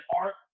art